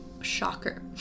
Shocker